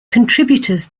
contributors